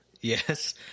Yes